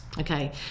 Okay